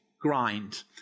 grind